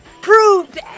proved